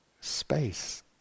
space